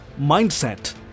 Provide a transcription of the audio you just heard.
mindset